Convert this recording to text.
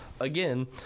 again